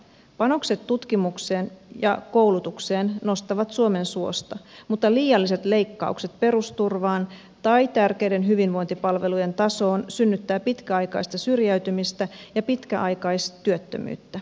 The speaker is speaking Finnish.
panokset tutkimukseen ja koulutukseen nostavat suomen suosta mutta liialliset leikkaukset perusturvaan tai tärkeiden hyvinvointipalvelujen tasoon synnyttävät pitkäaikaista syrjäytymistä ja pitkäaikaistyöttömyyttä